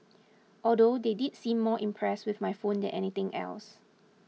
although they did seem more impressed with my phone than anything else